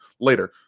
later